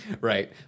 right